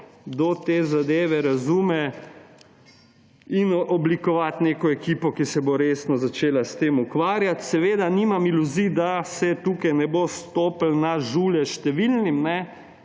kdo te zadeve razume, in oblikovati neko ekipo, ki se bo resno začela s tem ukvarjati. Seveda nimam iluzij, da se tukaj ne bo stopilo na žulje številnim, da